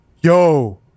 yo